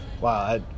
Wow